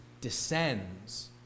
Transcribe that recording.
descends